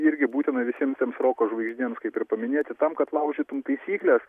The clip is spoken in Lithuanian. irgi būtina visiems tiems roko žvaigždėms kaip ir paminėti tam kad laužytum taisykles